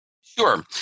Sure